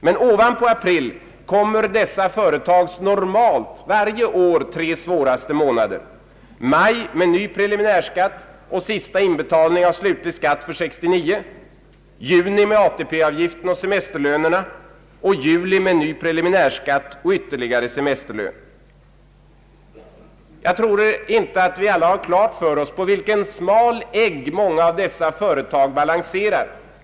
Men ovanpå april kommer dessa företags varje år svåraste tre månader: maj med ny preliminärskatt och sista inbetalning av slutlig skatt för 1969, juni med ATP-avgiften och semesterlönerna och juli med ny preliminärskatt och ytterligare semesterlön. Jag tror inte att vi alla har klart för oss på vilken smal egg många av dessa företag balanserar.